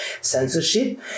censorship